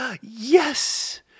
yes